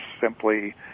simply